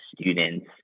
students